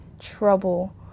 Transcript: trouble